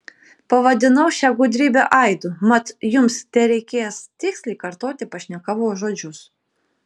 pavadinau šią gudrybę aidu mat jums tereikės tiksliai kartoti pašnekovo žodžius